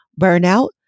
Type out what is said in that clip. burnout